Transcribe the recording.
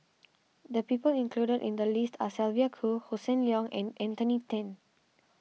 the people include in the list are Sylvia Kho Hossan Leong and Anthony then